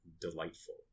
delightful